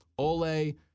Ole